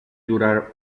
durar